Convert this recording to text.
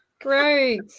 great